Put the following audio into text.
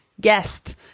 guest